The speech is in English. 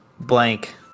blank